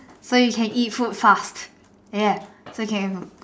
so you can eat food fast ya